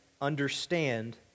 understand